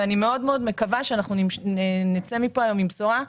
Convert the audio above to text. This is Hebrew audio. ואני מאוד מאוד מקווה שאנחנו נצא מפה היום עם בשורה,